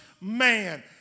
man